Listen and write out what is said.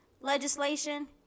legislation